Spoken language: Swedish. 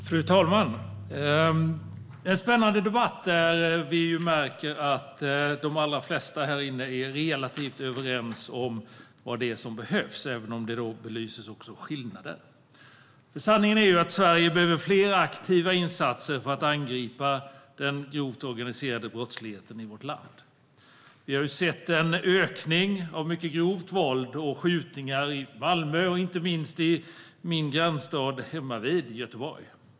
Fru talman! Det här är en spännande debatt där de allra flesta här inne är relativt överens om vad som behövs, även om också skillnader belyses. Sanningen är ju att Sverige behöver fler aktiva insatser för att angripa den grova organiserade brottsligheten i vårt land. Vi har sett en ökning av mycket grovt våld och skjutningar i Malmö och inte minst i min grannstad Göteborg.